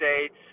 States